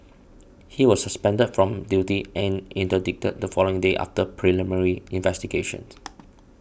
he was suspended from duty and interdicted the following day after preliminary investigations